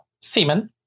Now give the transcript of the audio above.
semen